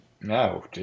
No